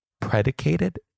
Predicated